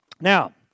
Now